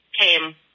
came